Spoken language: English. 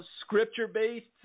scripture-based